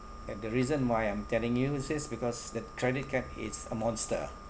and the reason why I'm telling you is this because the credit card is a monster